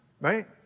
right